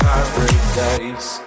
Paradise